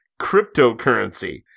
cryptocurrency